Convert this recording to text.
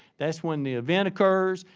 that's when the event occurs,